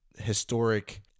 historic